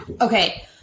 Okay